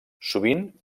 sovint